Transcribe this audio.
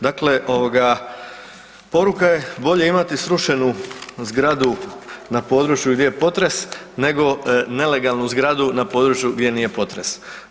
Dakle, poruka je bolje imati srušenu zgradu na području gdje je potres nego nelegalnu zgradu na području gdje nije potres.